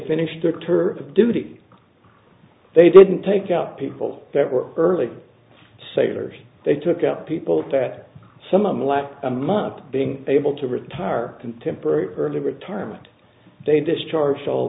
finished their tour of duty they didn't take out people that were early sailors they took out people that some last a month being able to retire contemporary early retirement they discharged all